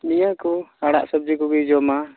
ᱱᱤᱭᱟᱹ ᱠᱚ ᱟᱲᱟᱜ ᱥᱚᱵᱽᱡᱤ ᱠᱚᱜᱮᱭ ᱡᱚᱢᱟ